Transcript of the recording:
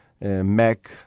Mac